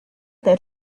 that